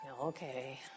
Okay